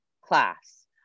class